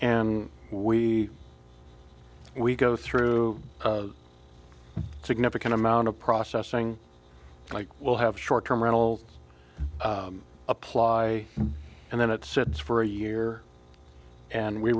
and we we go through a significant amount of processing like we'll have short term rental apply and then it sits for a year and we